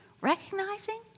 recognizing